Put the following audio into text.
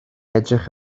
edrych